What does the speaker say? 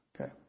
Okay